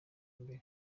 mbere